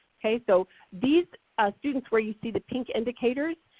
okay? so these students where you see the pink indicators,